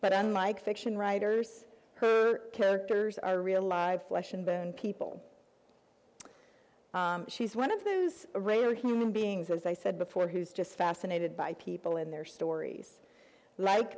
but unlike fiction writers who are characters are real live flesh and bone people she's one of those rare human beings as i said before who's just fascinated by people in their stories